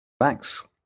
Thanks